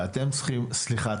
ואתם צריכים סליחה,